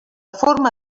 forma